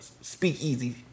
speakeasy